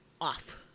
off